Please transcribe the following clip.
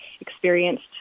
experienced